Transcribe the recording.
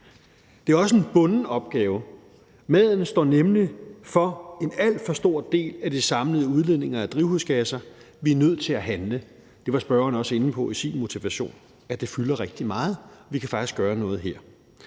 Det er også en bunden opgave. Maden står nemlig for en alt for stor del af de samlede udledninger af drivhusgasser. Vi er nødt til at handle. Ordføreren for forespørgerne var også inde på i sin begrundelse, at det fylder rigtig meget. Vi kan faktisk gøre noget her.